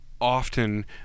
often